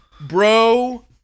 bro